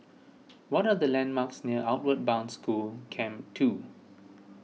what are the landmarks near Outward Bound School Camp two